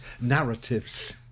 narratives